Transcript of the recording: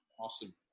Awesome